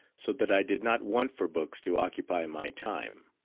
so that i did not want for books to occupy my time.